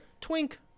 Twink